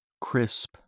crisp